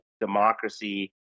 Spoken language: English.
democracy